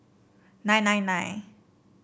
nine nine nine